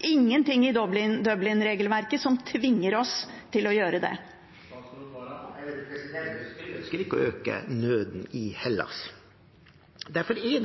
ingenting i Dublin-regelverket som tvinger oss til å gjøre det. Vi ønsker ikke å øke nøden i Hellas. Derfor gir